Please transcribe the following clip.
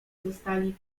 zostali